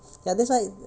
ya that's why